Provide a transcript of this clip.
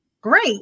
great